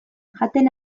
jaten